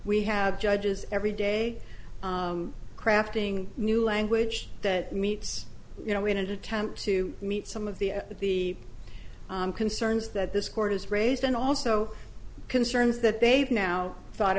we have judges every day crafting new language that meets you know in an attempt to meet some of the the concerns that this court has raised and also concerns that they've now thought